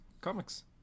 Comics